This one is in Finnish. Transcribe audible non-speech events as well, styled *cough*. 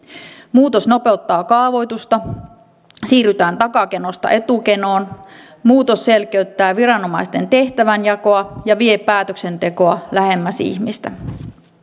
muutos nopeuttaa kaavoitusta siirrytään takakenosta etukenoon muutos selkeyttää viranomaisten tehtävänjakoa ja vie päätöksentekoa lähemmäs ihmistä *unintelligible* *unintelligible*